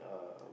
um